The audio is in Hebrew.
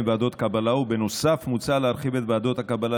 ועדות קבלה ובנוסף מוצע להרחיב את ועדות הקבלה